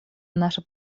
наше